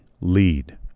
lead